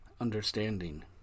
Understanding